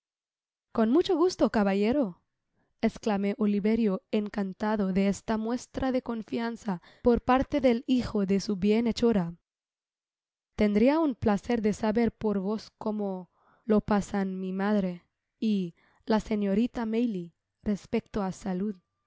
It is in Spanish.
con mucho gusto caballero esclamó oliverio encantado de esta muestra de confianza por parte del hijo de su bienhechora tendria un placer de saber por tos cofflo lo paáán mi madre y la señorita maylie respecto á salud